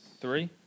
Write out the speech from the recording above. Three